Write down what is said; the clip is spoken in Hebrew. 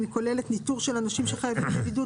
שזה כולל ניטור של אנשים שחייבים בבידוד